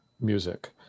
music